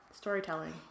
storytelling